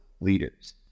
leaders